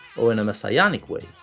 or in a messianic way,